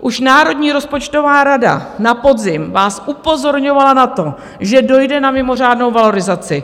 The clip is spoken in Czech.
Už Národní rozpočtová rada na podzim vás upozorňovala na to, že dojde na mimořádnou valorizaci.